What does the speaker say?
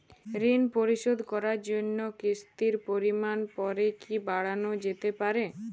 ঋন পরিশোধ করার জন্য কিসতির পরিমান পরে কি বারানো যেতে পারে?